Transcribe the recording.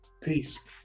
Peace